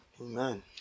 Amen